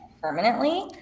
permanently